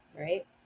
right